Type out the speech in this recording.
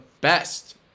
best